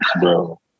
bro